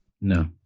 No